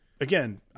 again